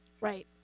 Right